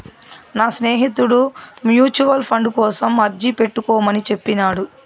నా స్నేహితుడు mutual fund కోసం అర్జీ పెట్టుకోమని చెప్పినాడు